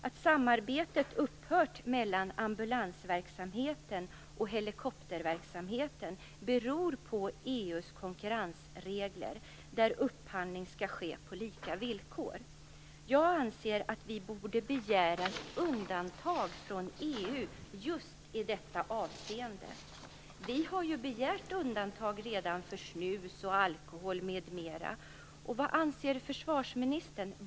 Att samarbetet mellan ambulansverksamheten och helikopterverksamheten upphört beror på EU:s konkurrensregler enligt vilka upphandling skall ske på lika villkor. Jag anser att vi borde begära ett undantag från EU i just detta avseende. Vi har ju redan begärt undantag för snus, alkohol m.m. Vad anser försvarsministern?